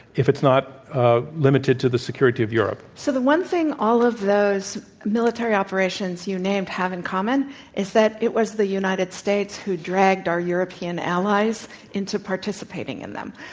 if it's not ah limited to the security of europe? so, the one thing all of those military operations you named have in common is that it was the united states who dragged our european allies into participating in them.